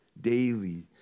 daily